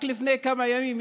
רק לפני כמה ימים,